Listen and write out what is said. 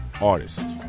artist